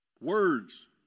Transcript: Words